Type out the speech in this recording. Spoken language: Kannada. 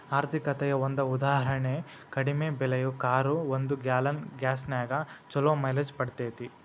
ಆರ್ಥಿಕತೆಯ ಒಂದ ಉದಾಹರಣಿ ಕಡಿಮೆ ಬೆಲೆಯ ಕಾರು ಒಂದು ಗ್ಯಾಲನ್ ಗ್ಯಾಸ್ನ್ಯಾಗ್ ಛಲೋ ಮೈಲೇಜ್ ಪಡಿತೇತಿ